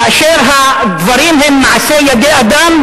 כאשר הדברים הם מעשה ידי אדם,